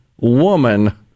woman